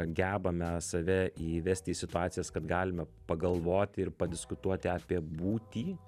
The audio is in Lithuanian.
gebame save įvesti į situacijas kad galime pagalvoti ir padiskutuoti apie būtį